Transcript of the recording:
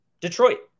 detroit